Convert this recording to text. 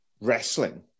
wrestling